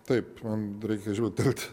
taip man reikia žvilgtelt